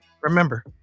Remember